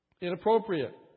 inappropriate